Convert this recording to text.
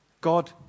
God